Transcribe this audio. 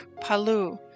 Palu